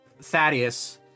Thaddeus